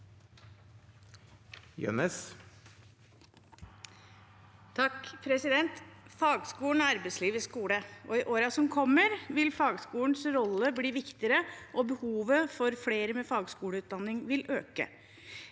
(H) Fagskolen er ar- beidslivets skole. I årene som kommer, vil fagskolens rolle bli viktigere, og behovet for flere med fagskoleutdanning vil øke.